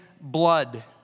blood